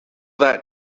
that